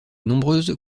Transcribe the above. nombreuses